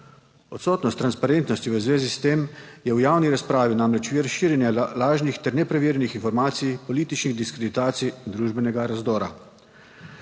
Odsotnost transparentnosti v zvezi s tem je v javni razpravi namreč vir širjenja lažnih ter nepreverjenih informacij, političnih diskreditacij, družbenega razdora.